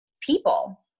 people